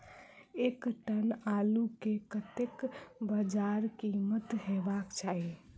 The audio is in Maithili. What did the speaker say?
एक टन आलु केँ कतेक बजार कीमत हेबाक चाहि?